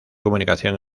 comunicación